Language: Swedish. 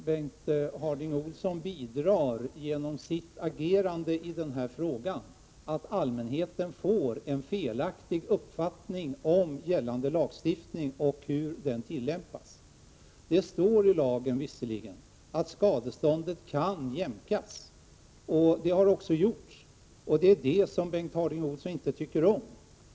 Herr talman! Bengt Harding Olson bidrar genom sitt agerande i denna fråga till att allmänheten får en felaktig uppfattning om gällande lagstiftning och hur den tillämpas. Det står i lagen att skadeståndet kan jämkas, vilket också har gjorts, och det är det som Bengt Harding Olson inte tycker om.